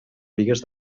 bigues